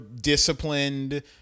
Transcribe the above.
disciplined